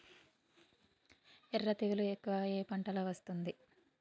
ఎర్ర తెగులు ఎక్కువగా ఏ పంటలో వస్తుంది?